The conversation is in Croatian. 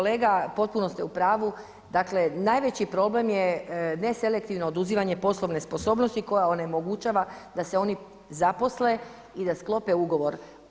Kolega potpuno ste u pravu, dakle najveći problem je neselektivno oduzimanje poslovne sposobnosti koja onemogućava da se oni zaposle i da sklope ugovore.